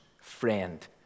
friend